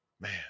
Man